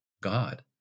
God